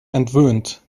entwöhnt